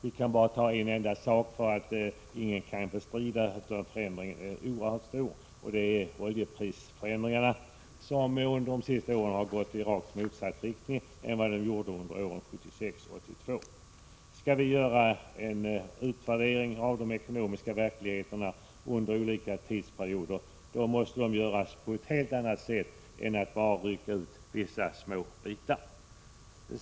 Låt mig peka på bara en enda punkt, där förändringen är oerhört stor, nämligen oljepriserna, som under de senaste åren har gått i en riktning rakt motsatt utvecklingen under åren 1976—1982. Skall vi göra en utvärdering av den ekonomiska verkligheten under olika tidsperioder, måste det gå till på ett helt annat sätt än bara genom jämförelser mellan lösryckta sakuppgifter.